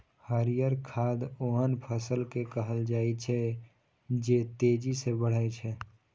हरियर खाद ओहन फसल कें कहल जाइ छै, जे तेजी सं बढ़ै छै